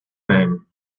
name